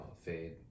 fade